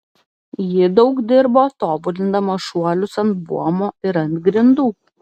ji daug dirbo tobulindama šuolius ant buomo ir ant grindų